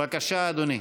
בבקשה, אדוני.